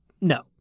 no